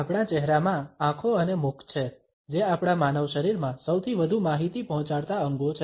આપણા ચહેરામાં આંખો અને મુખ છે જે આપણા માનવ શરીરમાં સૌથી વધુ માહિતી પહોંચાડતા અંગો છે